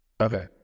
okay